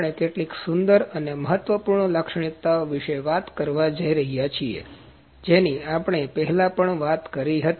આપણે કેટલીક સુંદર અને મહત્વપૂર્ણ લાક્ષણિક્તાઓ વિશે વાત કરવા જઈ રહ્યા છીએ જેની આપણે પહેલા પણ વાત કરી હતી